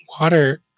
water